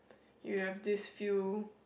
you have these few